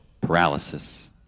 paralysis